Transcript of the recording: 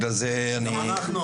אבל בשמחה רבה.